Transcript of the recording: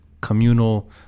communal